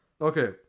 Okay